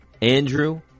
Andrew